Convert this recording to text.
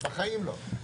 בחיים לא.